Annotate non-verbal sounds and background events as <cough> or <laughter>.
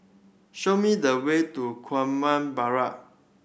show me the way to <unintelligible> Barrack